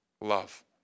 love